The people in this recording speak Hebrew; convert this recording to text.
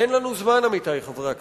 אין לנו זמן, עמיתי חברי הכנסת.